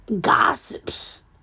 gossips